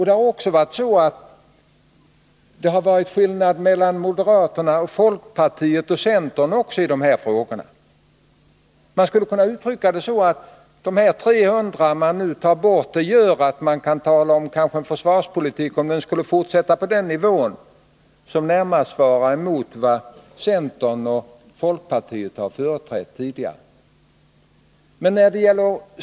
Det har också varit skillnader mellan moderaterna, folkpartiet och centern i de här frågorna. Man skulle kunna uttrycka det så, att de 300 miljoner som man nu tar bort gör att man kanske kan tala om en försvarspolitik som, om den skulle fortsätta på den nivån, närmast skulle svara mot en linje som centern och folkpartiet har företrätt tidigare.